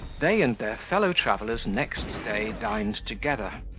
they and their fellow-travellers next day dined together,